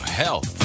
health